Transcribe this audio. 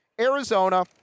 arizona